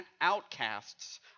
outcasts